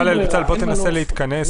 צריכה להתקבל